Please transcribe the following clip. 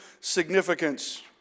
significance